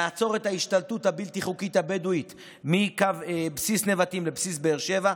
נעצור את ההשתלטות הבלתי-חוקית הבדואית מקו בסיס נבטים לבסיס באר שבע,